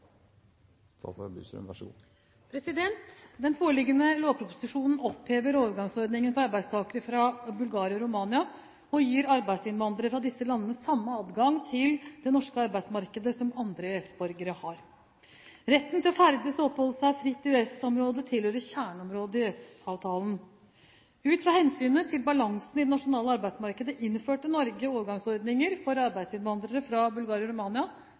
Den foreliggende lovproposisjonen opphever overgangsordningene for arbeidstakere fra Bulgaria og Romania og gir arbeidsinnvandrere fra disse landene samme adgang til det norske arbeidsmarkedet som andre EØS-borgere har. Retten til å ferdes og oppholde seg fritt i EØS-området tilhører kjerneområdene i EØS-avtalen. Ut fra hensynet til balansen i det nasjonale arbeidsmarkedet innførte Norge overgangsordninger for arbeidsinnvandrere fra Bulgaria og Romania